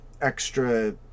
extra